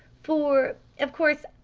for, of course,